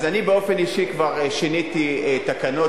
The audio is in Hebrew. אני באופן אישי כבר שיניתי תקנות,